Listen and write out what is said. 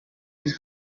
his